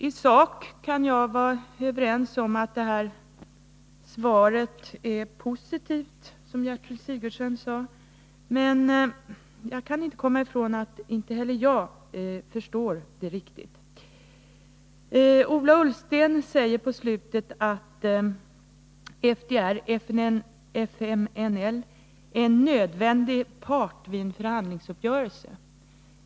I sak kan jag vara överens med Gertrud Sigurdsen om att det här svaret är positivt. Men ändå förstår inte heller jag det riktigt. Ola Ullsten säger i slutet av svaret att ”FDR/FMNL är en nödvändig part vid en förhandlingsuppgörelse”.